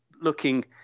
looking